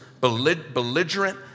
belligerent